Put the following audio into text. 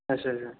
अच्छा अच्छा